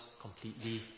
completely